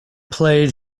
played